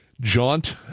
jaunt